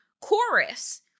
chorus